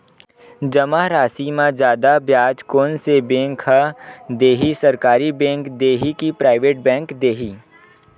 जमा राशि म जादा ब्याज कोन से बैंक ह दे ही, सरकारी बैंक दे हि कि प्राइवेट बैंक देहि?